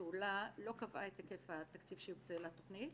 הפעולה לא קבעה את היקף התקציב שיוקצה לתכנית